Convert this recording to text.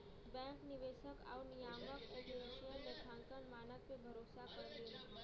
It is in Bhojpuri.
बैंक निवेशक आउर नियामक एजेंसियन लेखांकन मानक पे भरोसा करलीन